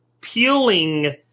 peeling